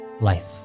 life